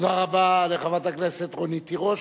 תודה רבה לחברת הכנסת רונית תירוש.